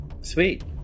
Sweet